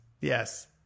Yes